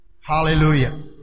Hallelujah